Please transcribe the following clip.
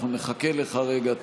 אנחנו נחכה לך רגע.